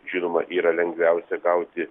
žinoma yra lengviausia gauti